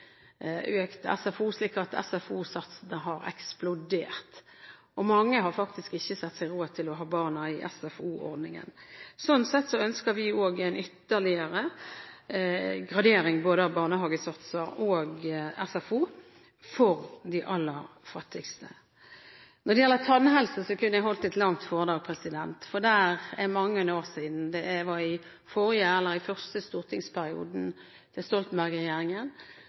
økt SFO-satsene, slik at de har eksplodert. Mange har faktisk ikke råd til å ha barna i SFO-ordningen. Sånn sett ønsker vi en ytterligere gradering både av barnehagesatser og SFO-satser for de aller fattigste. Når det gjelder tannhelse, kunne jeg holdt et langt foredrag. Det er mange år siden – det var i første stortingsperiode til